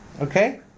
okay